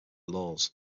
laws